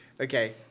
Okay